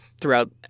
throughout